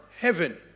heaven